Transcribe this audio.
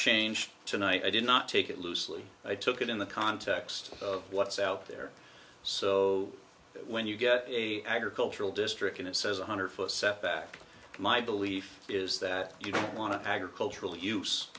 changed tonight i did not take it loosely i took it in the context of what's out there so that when you get a agricultural district in it says one hundred foot setback my belief is that you don't want to agricultural use